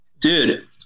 Dude